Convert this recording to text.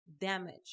Damage